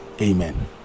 Amen